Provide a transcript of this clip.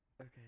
Okay